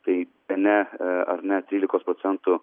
tai bene ar net trylikos procentų